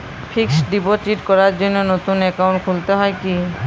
Fix deposit করার জন্য নতুন অ্যাকাউন্ট খুলতে হয় কী?